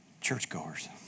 Churchgoers